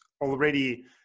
already